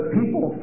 people